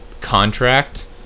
contract